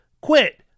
quit